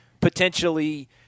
potentially